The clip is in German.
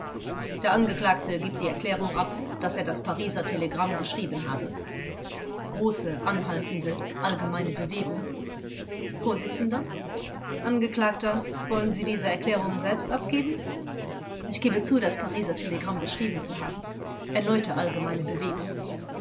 der angeklagte gibt die erklärung ab daß er das pariser telegramm geschrieben habe große anhaltende allgemeine bewegung vors angeklagter wollen sie diese erklärung selbst abgeben angekl ich gebe zu das pariser telegramm geschrieben zu haben erneute allgemeine bewegung